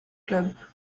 clube